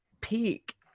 peak